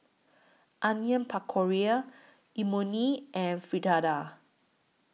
Onion Pakora Imoni and Fritada